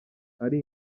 ari